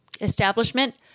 establishment